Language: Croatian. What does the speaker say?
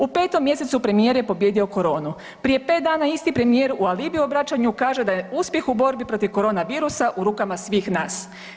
U petom mjesecu premijer je pobijedio koronu, prije pet dana isti premijer u alibi obraćanju kaže da je uspjeh u borbi protiv korona virusa u rukama svih nas.